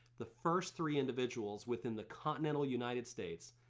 the first three individuals within the continental united states,